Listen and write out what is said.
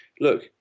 Look